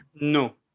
no